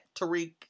Tariq